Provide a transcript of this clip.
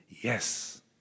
yes